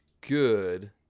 good